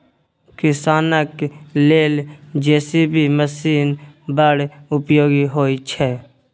किसानक लेल JCB machine बड़ उपयोगी होइ छै